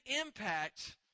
impact